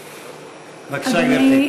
בבקשה, גברתי.